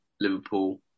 Liverpool